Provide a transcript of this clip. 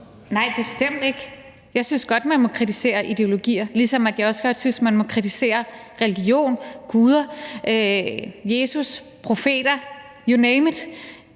Nej, bestemt ikke. Jeg synes godt, at man må kritisere ideologier, ligesom jeg også synes, at man godt må kritisere religion, guder, Jesus og profeter – you name it.